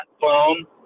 phone